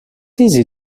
easy